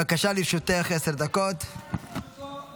בבקשה, לרשותך